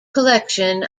collection